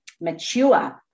mature